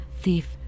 thief